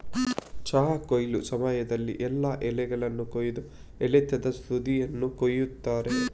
ಚಹಾ ಕೊಯ್ಲು ಸಮಯದಲ್ಲಿ ಎಲ್ಲಾ ಎಲೆಗಳನ್ನ ಕೊಯ್ಯದೆ ಎಳತಾದ ತುದಿಯನ್ನ ಕೊಯಿತಾರೆ